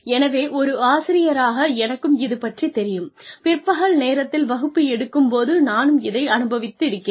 எனவே ஒரு ஆசிரியராக எனக்கும் இது பற்றித் தெரியும் பிற்பகல் நேரத்தில் வகுப்பு எடுக்கும் போது நானும் இதை அனுபவித்திருக்கிறேன்